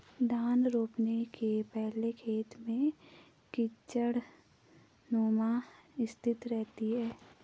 धान रोपने के पहले खेत में कीचड़नुमा स्थिति रहती है